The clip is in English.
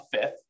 fifth